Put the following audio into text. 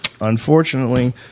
Unfortunately